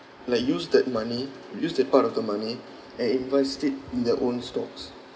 like use that money use that part of the money and invest it in their own stocks